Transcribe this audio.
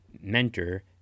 mentor